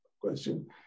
question